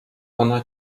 ona